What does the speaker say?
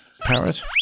Parrot